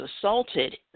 assaulted